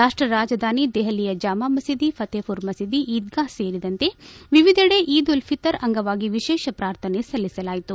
ರಾಷ್ಟ ರಾಜಧಾನಿ ದೆಹಲಿಯ ಜಾಮ ಮಹೀದಿ ಫತೇಪುರಿ ಮಹೀದಿ ಈದ್ಗಾ ಸೇರಿದಂತೆ ವಿವಿಧೆಡೆ ಕಿದ್ ಉಲ್ ಫಿತರ್ ಅಂಗವಾಗಿ ವಿಶೇಷ ಪ್ರಾರ್ಥನೆ ಸಲ್ಲಿಸಲಾಯಿತು